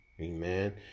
amen